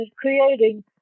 creating